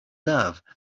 love